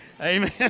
Amen